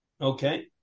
Okay